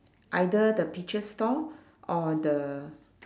either the peaches stall or the